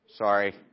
Sorry